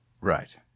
Right